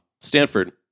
Stanford